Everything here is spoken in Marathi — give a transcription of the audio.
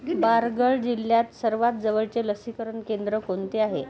गुड बारगळ जिल्ह्यात सर्वात जवळचे लसीकरण केंद्र कोणते आहे